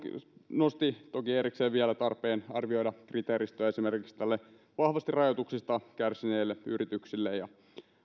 nosti toki erikseen vielä tarpeen arvioida kriteeristöä esimerkiksi näille vahvasti rajoituksista kärsineille yrityksille ja